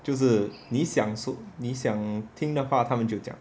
就是你想你想听的话他们就讲